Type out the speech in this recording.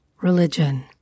religion